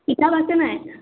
কিতাপ আছে নাই